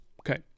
Okay